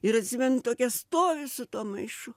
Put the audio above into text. ir atsimenu tokia stoviu su tuo maišu